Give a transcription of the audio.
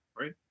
right